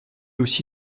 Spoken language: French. aussi